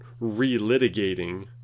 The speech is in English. relitigating